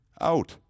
out